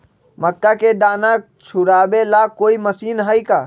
मक्का के दाना छुराबे ला कोई मशीन हई का?